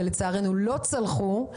שלצערנו לא צלחו,